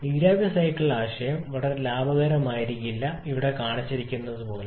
നീരാവി സൈക്കിൾ ആശയം വളരെ ലാഭകരമായിരിക്കില്ല ഇവിടെ കാണിച്ചിരിക്കുന്നതുപോലെ